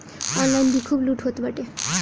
online भी खूब लूट होत बाटे